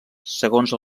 segons